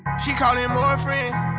she callin' more friends,